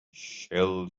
shall